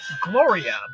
Gloria